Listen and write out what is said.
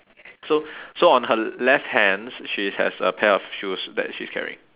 so so on her left hands she's has a pair of shoes that she's carrying